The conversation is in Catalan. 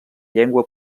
llengua